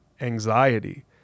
anxiety